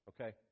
okay